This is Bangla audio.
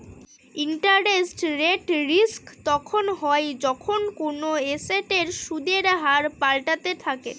ইন্টারেস্ট রেট রিস্ক তখন হয় যখন কোনো এসেটের সুদের হার পাল্টাতে থাকে